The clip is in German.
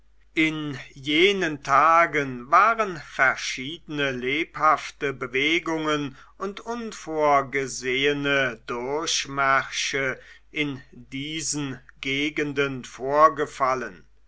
in jenen tagen waren verschiedene lebhafte bewegungen und unvorgesehene durchmärsche in diesen gegenden vorgefallen